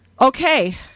Okay